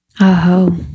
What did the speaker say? Aho